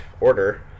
order